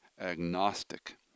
agnostic